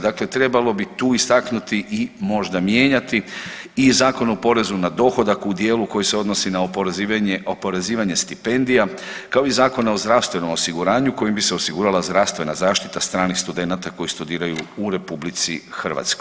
Dakle, trebalo bi tu istaknuti i možda mijenjati i Zakon o porezu na dohodak u dijelu koji se odnosi na oporezivanje, oporezivanje stipendija, kao i Zakona o zdravstvenom osiguranju kojim bi se osigurala zdravstvena zaštita stranih studenata koji studiraju u RH.